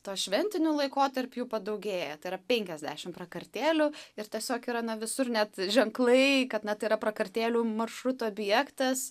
tuo šventiniu laikotarpiu jų padaugėja tai yra penkiasdešim prakartėlių ir tiesiog yra na visur net ženklai kad na tai yra prakartėlių maršruto objektas